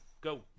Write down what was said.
go